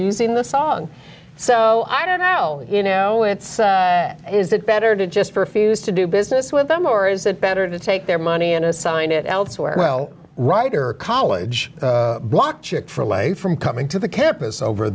using the song so i don't know you know it's is it better to just refuse to do business with them or is it better to take their money and assign it elsewhere well right or college blocked chick for life from coming to the campus over